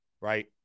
right